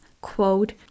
quote